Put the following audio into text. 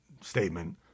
statement